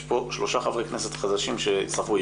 יש פה שלושה ח"כים חדשים שהצטרפו.